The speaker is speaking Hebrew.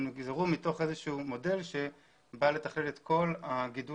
הם נגזרו מתוך איזשהו מודל שבא לתכלל את כל גידול